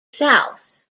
south